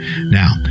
Now